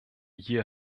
hier